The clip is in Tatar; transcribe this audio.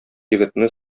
егетне